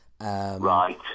Right